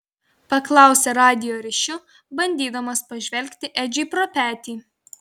paklausė radijo ryšiu bandydamas pažvelgti edžiui pro petį